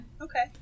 Okay